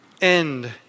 end